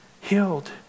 healed